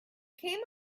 came